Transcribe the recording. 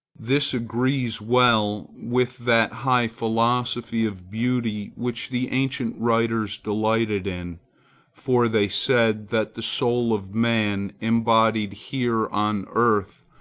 this agrees well with that high philosophy of beauty which the ancient writers delighted in for they said that the soul of man, embodied here on earth,